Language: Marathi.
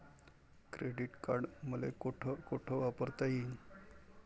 क्रेडिट कार्ड मले कोठ कोठ वापरता येईन?